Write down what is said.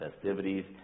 festivities